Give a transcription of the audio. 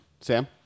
Sam